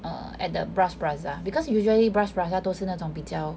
err at the bras basah because usually bras basah 都是那种比较